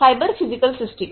cyber physical system